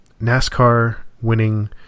NASCAR-winning